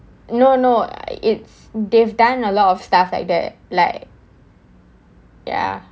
no no I it's they've done a lot of stuff like that like ya